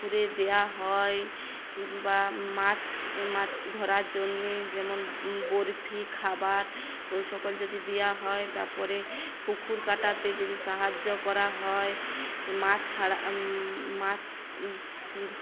পুকুরে দেওয়া হয় কিংবা মাছ মাছ ধরার জন্যে যেমন বরফি খাবার ওই সকল যদি দেওয়া হয় তারপরে পুকুর কাটাতে যদি সাহায্য করা হয় মাছ ছাড়া মাছ